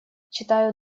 читаю